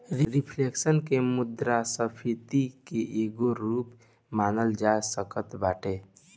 reflection के मुद्रास्फीति के एगो रूप मानल जा सकत बाटे